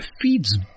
feeds